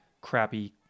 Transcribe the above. crappy